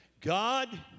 God